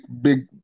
big